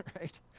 right